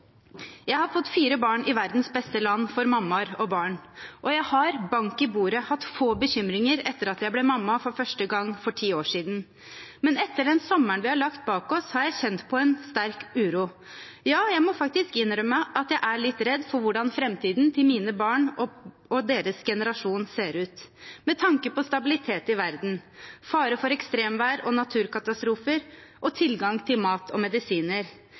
Jeg har fått fire barn i verdens beste land for mammaer og barn, og jeg har – bank i bordet – hatt få bekymringer etter at jeg ble mamma for første gang for ti år siden, men etter den sommeren vi har lagt bak oss, har jeg kjent på en sterk uro, ja, jeg må faktisk innrømme at jeg er litt redd for hvordan framtiden til mine barn og deres generasjon vil se ut, med tanke på stabilitet i verden, fare for ekstremvær og naturkatastrofer og tilgang på mat og medisiner.